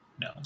No